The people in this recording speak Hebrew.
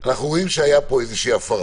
אנחנו רואים שהייתה פה הפרה,